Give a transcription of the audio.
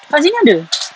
kat sini ada